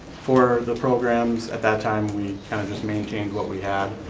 for the programs at that time. we kind of just maintained what we had